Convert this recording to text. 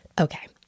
Okay